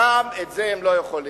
גם את זה הם לא יכולים.